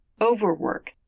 overwork